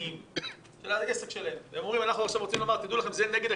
עכשיו אנחנו מנסים לחסום את שני הדברים: אחת,